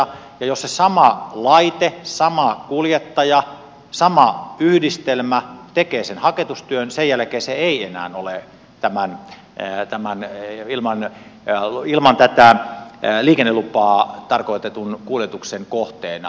ja jos se sama laite sama kuljettaja sama yhdistelmä tekee sen haketustyön niin sen jälkeen se ei enää ole tavannut että maan ilmaan ja luo ilman tätä liikennelupaa tarkoitetun kuljetuksen kohteena